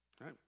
right